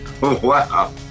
Wow